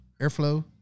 airflow